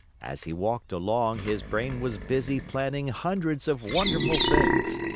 as he walked along, his brain was busy planning hundreds of wonderful things,